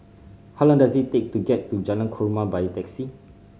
how long does it take to get to Jalan Korma by taxi